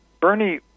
Bernie